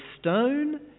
stone